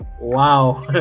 wow